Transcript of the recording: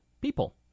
people